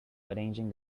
arranging